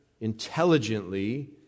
intelligently